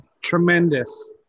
tremendous